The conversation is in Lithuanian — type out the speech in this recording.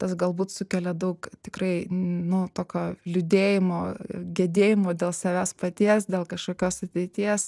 tas galbūt sukelia daug tikrai nu tokio liūdėjimo gedėjimo dėl savęs paties dėl kažkokios ateities